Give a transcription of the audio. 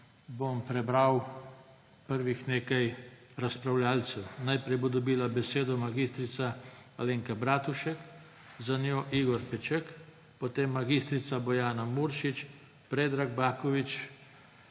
bom prebral prvih nekaj razpravljavcev. Najprej bo dobila besedo mag. Alenka Bratušek, za njo Igor Peček, potem mag. Bojana Muršič, Predrag Baković.